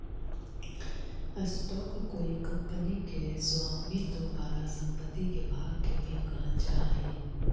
stock कोई company के स्वामित्व वाला संपत्ति के भाग के भी कहल जा हई